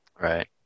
Right